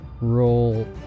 roll